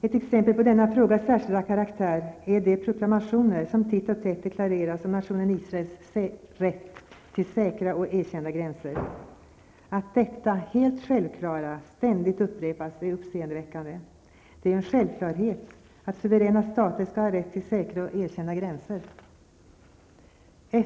Ett exempel på denna frågas särskilda karaktär är de proklamationer som titt och tätt deklareras om nationen Israels rätt till säkra och erkända gränser. Att detta helt självklara ständigt upprepas är uppseendeväckande. Det är en självklarhet att suveräna stater skall ha rätt till säkra och erkända gränser.